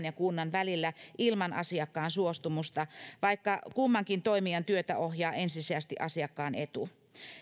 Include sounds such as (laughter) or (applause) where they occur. (unintelligible) ja kunnan välillä ilman asiakkaan suostumusta vaikka kummankin toimijan työtä ohjaa ensisijaisesti asiakkaan etu